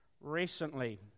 recently